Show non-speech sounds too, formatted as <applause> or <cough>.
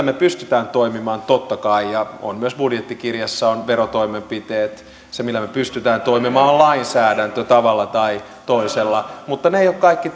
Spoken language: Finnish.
<unintelligible> me pystymme toimimaan totta kai ja mikä on myös budjettikirjassa on verotoimenpiteet se millä me pystymme toimimaan on lainsäädäntö tavalla tai toisella mutta ne eivät ole kaikki <unintelligible>